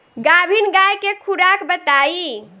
गाभिन गाय के खुराक बताई?